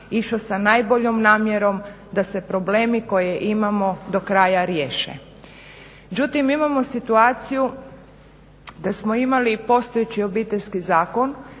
išao sa najboljom namjerom da se problemi koje imamo do kraja riješe. Međutim imamo situaciju da smo imali postojeći Obiteljski zakon